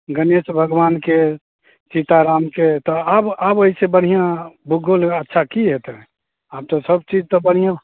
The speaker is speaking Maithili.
गणेश भगवानके सीतारामके तऽ आब आब एहि से बढ़िआँ भूगोल अच्छा की होयतैक आब तऽ सब चीज तऽ बढ़िआँ